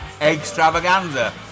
extravaganza